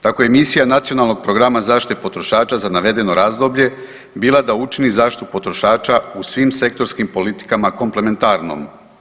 Tako i misija Nacionalnog programa zaštite potrošača za navedeno razdoblje bila da učini zaštitu potrošača u svim sektorskim politikama komplementarnom.